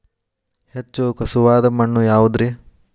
ಹೆಚ್ಚು ಖಸುವಾದ ಮಣ್ಣು ಯಾವುದು ರಿ?